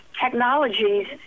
technologies